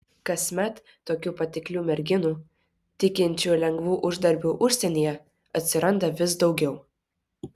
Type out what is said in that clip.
kasmet tokių patiklių merginų tikinčių lengvu uždarbiu užsienyje atsiranda vis daugiau